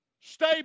Stay